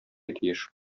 тиеш